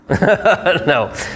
no